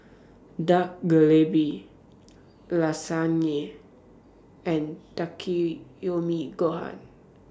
Dak Galbi Lasagne and Takikomi Gohan